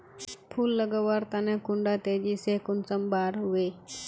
फुल लगवार तने कुंडा तेजी से कुंसम बार वे?